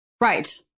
Right